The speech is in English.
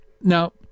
Now